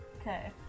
Okay